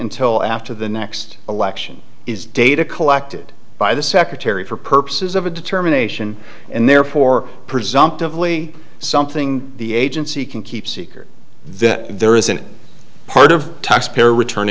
until after the next election is data collected by the secretary for purposes of a determination and therefore presumptively something the agency can keep secret that there isn't part of taxpayer return